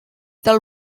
del